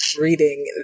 reading